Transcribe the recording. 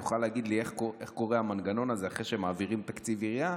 יוכל להגיד לי איך קורה המנגנון הזה אחרי שמעבירים תקציב עירייה,